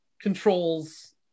controls